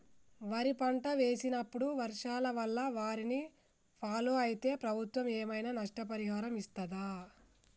వరి పంట వేసినప్పుడు వర్షాల వల్ల వారిని ఫాలో అయితే ప్రభుత్వం ఏమైనా నష్టపరిహారం ఇస్తదా?